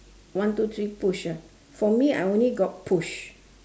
one two three push ah for me I only got push